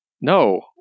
no